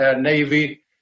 Navy